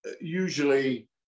usually